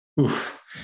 Oof